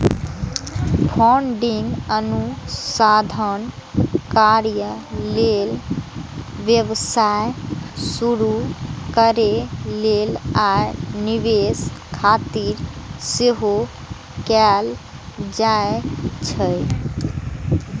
funding अनुसंधान कार्य लेल, व्यवसाय शुरू करै लेल, आ निवेश खातिर सेहो कैल जाइ छै